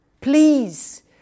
please